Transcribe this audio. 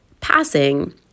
passing